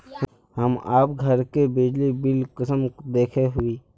हम आप घर के बिजली बिल कुंसम देखे हुई?